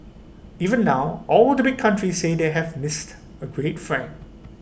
even now all the big countries say they have missed A great friend